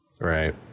Right